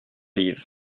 liv